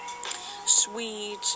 sweet